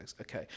okay